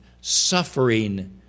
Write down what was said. suffering